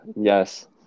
Yes